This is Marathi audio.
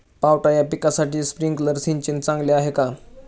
पावटा या पिकासाठी स्प्रिंकलर सिंचन चांगले आहे का?